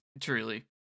Truly